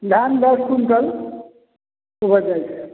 लामबद